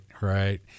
right